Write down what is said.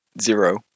Zero